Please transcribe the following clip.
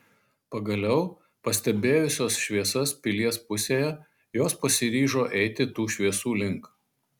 pagaliau pastebėjusios šviesas pilies pusėje jos pasiryžo eiti tų šviesų link